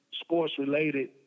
sports-related